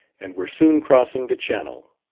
and were soon crossing the channel.